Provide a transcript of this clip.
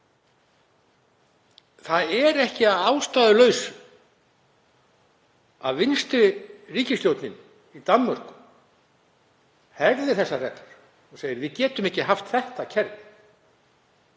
Það er ekki að ástæðulausu að vinstri ríkisstjórnin í Danmörku herðir þessar reglur og segir: Við getum ekki haft þetta kerfi.